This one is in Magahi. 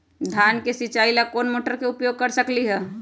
धान के सिचाई ला कोंन मोटर के उपयोग कर सकली ह?